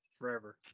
Forever